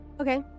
Okay